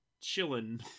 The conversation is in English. chilling